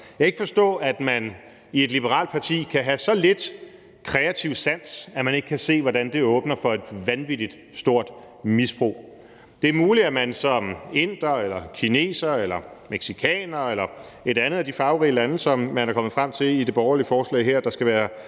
Jeg kan ikke forstå, at man i et liberalt parti kan have så lidt kreativ sans, at man ikke kan se, hvordan det åbner for et vanvittig stort misbrug. Det er muligt, at man som inder eller kineser eller mexicaner eller fra et andet af de farverige lande, som man i det borgerlige forslag her er kommet